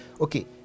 Okay